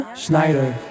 Schneider